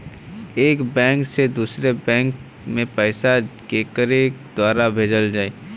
एक बैंक से दूसरे बैंक मे पैसा केकरे द्वारा भेजल जाई?